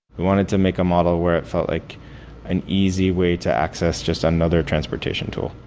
we wanted to make a model where it felt like an easy way to access just another transportation tool,